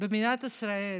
במדינת ישראל,